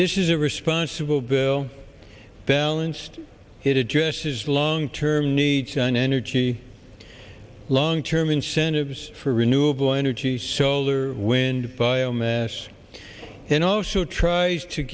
this is a responsible bill balanced it addresses long term needs on energy long term incentives for renewable energy solar wind biomass and also tr